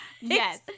yes